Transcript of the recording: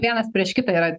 vienas prieš kitą yra